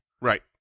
Right